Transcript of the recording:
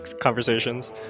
conversations